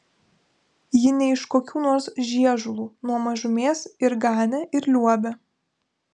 ji ne iš kokių nors žiežulų nuo mažumės ir ganė ir liuobė